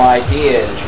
ideas